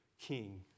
king